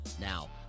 Now